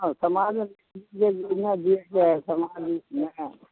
हाँ समाजमे रूपमे जेबै समाज रूपमे